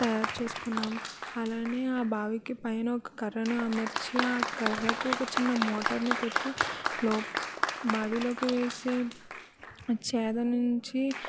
తయారు చేసుకున్నాము అలానే ఆ బావికి పైన ఒక కర్రను అమర్చి ఆ కర్రకు ఒక చిన్న మోటర్ను పెట్టి లో బావిలోకి వేసే చేద నుంచి